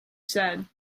said